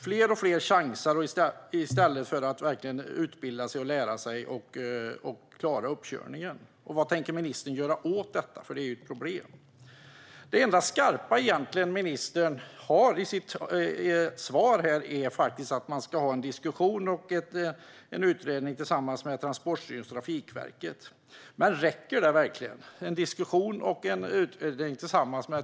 Fler och fler chansar i stället för att verkligen utbilda sig och klara uppkörningen. Vad tänker ministern göra åt detta? Det är ett problem. Det enda skarpa ministern egentligen har i sitt svar är att man ska ha en diskussion och en utredning tillsammans med Transportstyrelsen och Trafikverket. Men räcker det verkligen?